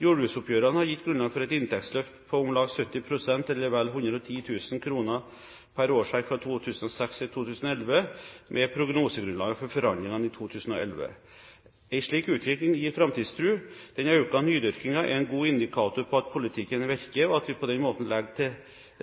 Jordbruksoppgjørene har gitt grunnlag for et inntektsløft på om lag 70 pst., eller vel 110 000 kr per årsverk fra 2006 til 2011 med prognosegrunnlaget fra forhandlingene i 2011. En slik utvikling gir framtidstro. Den økte nydyrkingen er en god indikator på at politikken virker, og at vi på den måten legger til